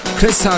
Chris